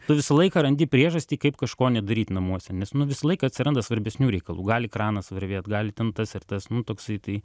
tu visą laiką randi priežastį kaip kažko nedaryt namuose nes nu visą laiką atsiranda svarbesnių reikalų gali kranas varvėt gali ten tas ir tas nu toksai tai